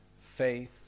faith